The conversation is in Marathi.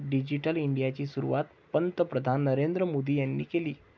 डिजिटल इंडियाची सुरुवात पंतप्रधान नरेंद्र मोदी यांनी केली